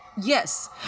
Yes